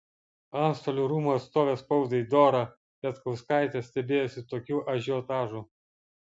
antstolių rūmų atstovė spaudai dora petkauskaitė stebėjosi tokiu ažiotažu